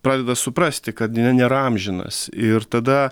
pradeda suprasti kad nėra amžinas ir tada